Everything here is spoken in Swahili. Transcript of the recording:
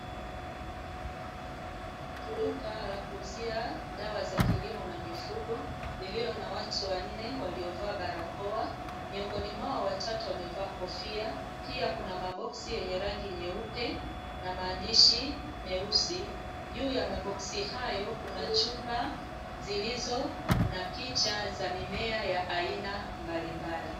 Duka la kuuzia dawa za kilimo na mifugo lililo na watu wanne waliovaa barakoa, miongoni mwao watatu wamevaa kofia; pia kuna maboksi yenye rangi nyeupe na maandishi meusi. Juu ya maboksi hayo kuna chupa zilizo na picha za mimea ya aina mbalimbali.